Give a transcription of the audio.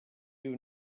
you